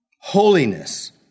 holiness